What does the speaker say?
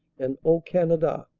and o canada.